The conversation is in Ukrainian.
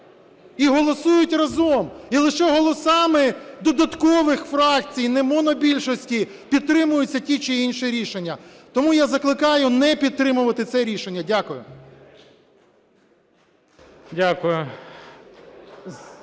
і голосують разом, і лише голосами додаткових фракцій, не монобільшості, підтримуються ті чи інші рішення. Тому я закликаю не підтримувати це рішення. Дякую.